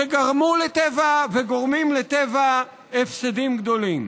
שגרמו לטבע וגורמים לטבע הפסדים גדולים.